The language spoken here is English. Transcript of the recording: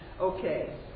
okay